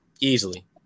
easily